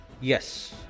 Yes